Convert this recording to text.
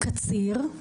הציבורי.